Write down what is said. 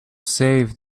save